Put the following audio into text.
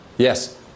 Yes